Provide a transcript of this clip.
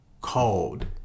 called